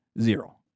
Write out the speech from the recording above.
zero